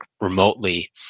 remotely